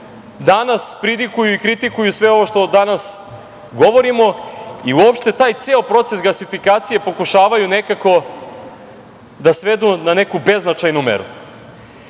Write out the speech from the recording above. danas pridikuju i kritikuju sve ovo što danas govorimo i uopšte taj ceo proces gasifikacije pokušavaju nekako da svedu na neku beznačajnu meru. Ja